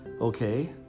okay